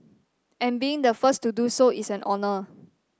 and being the first to do so is an honour